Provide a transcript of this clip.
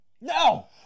No